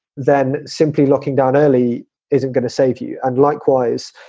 then simply locking down early isn't going to save you. and likewise,